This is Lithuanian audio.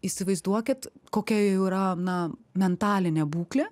įsivaizduokit kokia jų yra na mentalinė būklė